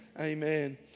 amen